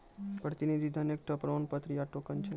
प्रतिनिधि धन एकठो प्रमाण पत्र या टोकन छै